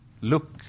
look